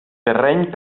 terreny